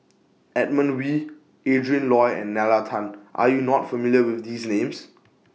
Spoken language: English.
Edmund Wee Adrin Loi and Nalla Tan Are YOU not familiar with These Names